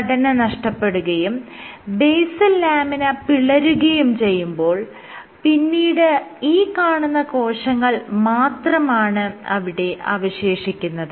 ഘടന നഷ്ടപ്പെടുകയും basal lamina പിളരുകയും ചെയ്യുമ്പോൾ പിന്നീട് ഈ കാണുന്ന കോശങ്ങൾ മാത്രമാണ് അവിടെ അവശേഷിക്കുന്നത്